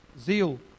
zeal